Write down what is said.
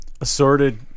Assorted